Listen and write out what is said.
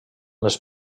les